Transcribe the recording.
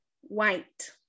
White